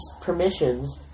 permissions